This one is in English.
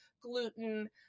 gluten